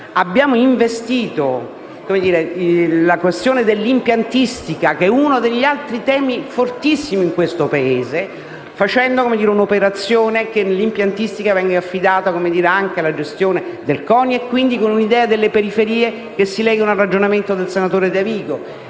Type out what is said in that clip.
abbiamo affrontato la questione dell'impiantistica, uno degli altri temi molto sentiti in questo Paese, facendo sì che l'impiantistica venga affidata anche alla gestione del CONI, con un'idea delle periferie che si lega al ragionamento del senatore Davico.